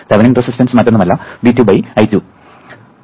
Thevenin resistance മറ്റൊന്നുമല്ല V2 I2